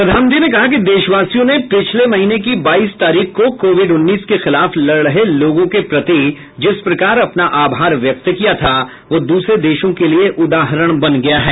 प्रधानमंत्री ने कहा कि देशवासियों ने पिछले महीने की बाईस तारीख को कोविड उन्नीस के खिलाफ लड़ रहे लोगों के प्रति जिस प्रकार अपना आभार व्यक्त किया था वह द्रसरे देशों के लिए उदाहरण बन गया है